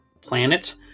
planet